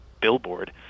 billboard